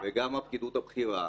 וגם הפקידות הבכירה.